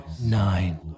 Nine